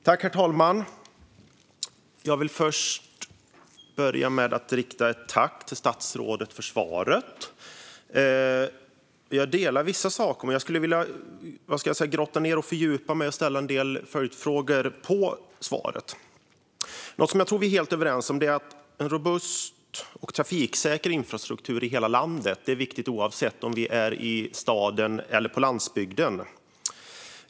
Herr talman! Jag vill först rikta ett tack till statsrådet för svaret. Jag håller med om vissa saker, men jag skulle vilja grotta ned och fördjupa mig och ställa en del följdfrågor på svaret. Något som jag tror att vi är helt överens om är att det är viktigt med en robust och trafiksäker infrastruktur i hela landet oavsett om vi är i staden eller på landsbygden.